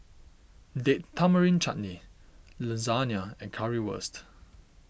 Date Tamarind Chutney Lasagna and Currywurst